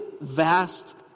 vast